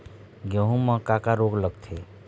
गेहूं म का का रोग लगथे?